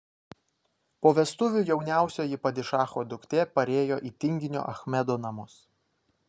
po vestuvių jauniausioji padišacho duktė parėjo į tinginio achmedo namus